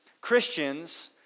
Christians